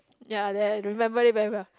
ya they remember it very well